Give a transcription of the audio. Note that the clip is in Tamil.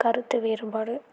கருத்து வேறுபாடு